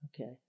Okay